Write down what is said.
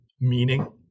meaning